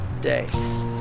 day